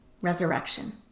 resurrection